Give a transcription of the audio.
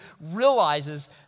realizes